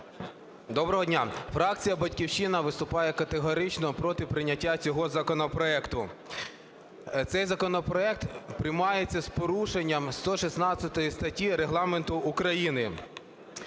Доброго дня! Фракція "Батьківщина" виступає категорично проти прийняття цього законопроекту. Цей законопроект приймається з порушенням 116 статті Регламенту України.